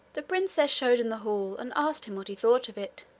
the princess showed him the hall, and asked him what he thought of it.